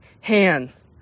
hands